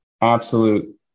absolute